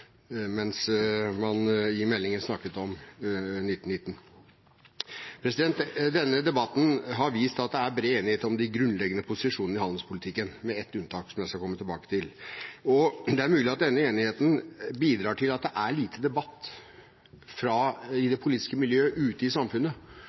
mens man i meldingen snakket om 2019. Denne debatten har vist at det er bred enighet om de grunnleggende posisjonene i handelspolitikken – med ett unntak, som jeg skal komme tilbake til. Det er mulig at denne enigheten bidrar til at det er lite debatt om handelspolitikk i